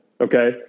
okay